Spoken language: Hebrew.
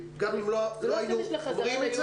שגם אם לא היינו אומרים את זה --- זה לא הקטע של החזרה ביולי.